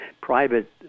private